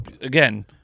again